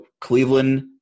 Cleveland